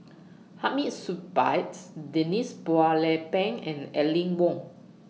Hamid Supaat Denise Phua Lay Peng and Aline Wong